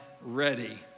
ready